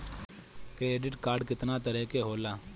Credit card कितना तरह के होला?